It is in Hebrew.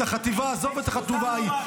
את החטיבה הזו ואת החטיבה ההיא.